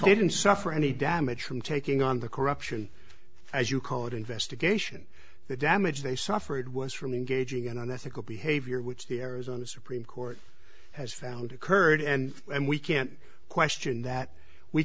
that he didn't suffer any damage from taking on the corruption as you call it investigation the damage they suffered was from engaging in unethical behavior which the arizona supreme court has found occurred and and we can't question that we